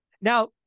Now